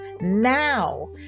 now